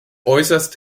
äußerst